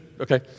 okay